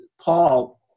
Paul